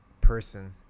person